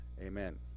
Amen